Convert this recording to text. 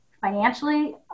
financially